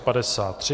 53.